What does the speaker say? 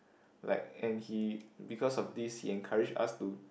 like and he because of this he encourage us to